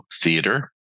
theater